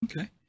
Okay